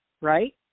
right